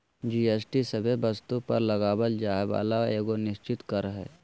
GST सभे वस्तु पर लगावल जाय वाला एगो निश्चित कर हय